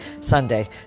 Sunday